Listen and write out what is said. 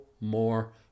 more